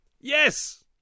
Yes